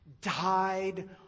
died